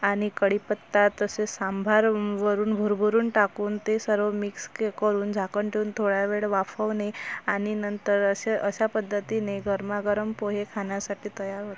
आणि कढीपत्ता तसेच सांभार वरून भरभरून टाकून ते सर्व मिक्स क करून झाकन ठेवून थोडा वेळ वाफवणे आनी नंतर असे अशा पद्धतीने गरमागरम पोहे खाण्यासाठी तयार होतात